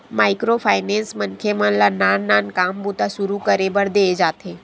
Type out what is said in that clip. micro finance मनखे मन ल नान नान काम बूता सुरू करे बर देय जाथे